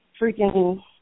freaking